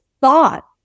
thought